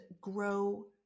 grow